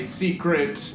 secret